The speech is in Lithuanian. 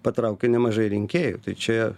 patraukia nemažai rinkėjų tai čia